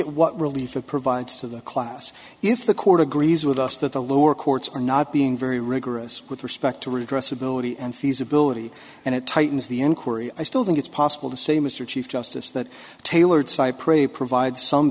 at what relief it provides to the class if the court agrees with us that the lower courts are not being very rigorous with respect to redress ability and feasibility and it tightens the inquiry i still think it's possible to say mr chief justice that tailored cypre provides some